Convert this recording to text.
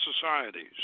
societies